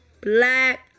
Black